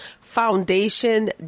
foundation